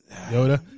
Yoda